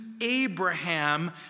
Abraham